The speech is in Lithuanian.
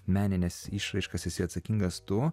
menines išraiškas esi atsakingas tu